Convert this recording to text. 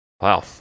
Wow